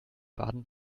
baden